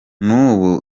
n’ubu